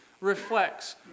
reflects